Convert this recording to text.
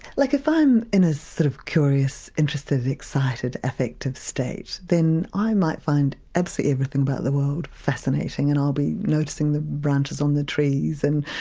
like if i'm in a sort of curious, interested and excited affective state then i might find absolutely everything about the world fascinating and i'll be noticing the branches on the trees and,